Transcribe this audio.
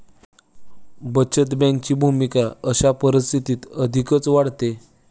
बचत बँकेची भूमिका अशा परिस्थितीत अधिकच वाढते